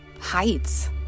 heights